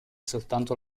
soltanto